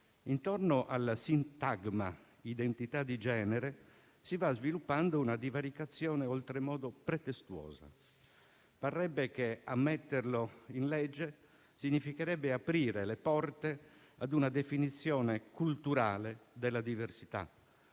intorno al sintagma identità di genere, si va sviluppando una divaricazione oltremodo pretestuosa. Parrebbe che a metterlo in legge significherebbe aprire le porte ad una definizione culturale della diversità,